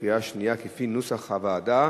כפי נוסח הוועדה,